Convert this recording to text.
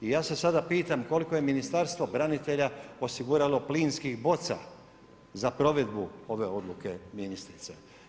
I ja se sada pitam koliko je Ministarstvo branitelja osiguralo plinskih boca za provedbu ove odluke ministrice?